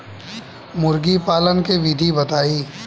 मुर्गीपालन के विधी बताई?